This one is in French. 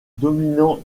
dominant